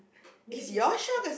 maybe he caught